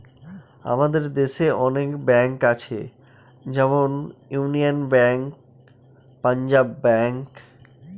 আমাদের দেশে অনেক ব্যাঙ্ক আছে যেমন ইউনিয়ান ব্যাঙ্ক, পাঞ্জাব ব্যাঙ্ক